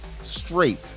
straight